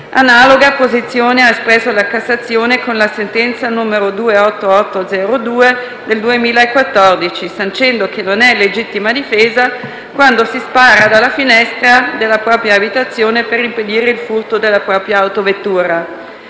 analoga posizione ha espresso la Corte di cassazione con la sentenza n. 28802 del 2014, sancendo che non è legittima difesa quando si spara dalla finestra della propria abitazione per impedire il furto della propria autovettura.